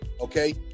okay